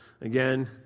Again